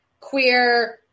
queer